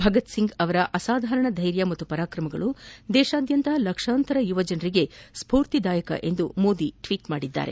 ಭಗತ್ಸಿಂಗ್ ಅವರ ಅಸಾಧಾರಣ ಧ್ಲೆರ್ಯ ಪರಾಕ್ರಮಗಳು ದೇಶಾದ್ಯಂತ ಲಕ್ಷಾಂತರ ಯುವಜನರಿಗೆ ಸ್ಪೂರ್ತಿದಾಯಕವೆಂದು ಮೋದಿ ಟ್ವೀಟ್ ಮಾಡಿದ್ದಾರೆ